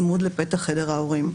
צמוד לבית חדר ההורים.